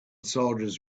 soldiers